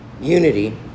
unity